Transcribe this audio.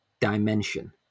dimension